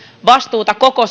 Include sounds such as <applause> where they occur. myös koko <unintelligible>